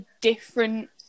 different